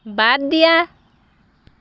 বাদ দিয়া